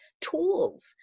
tools